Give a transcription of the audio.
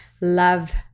love